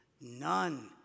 None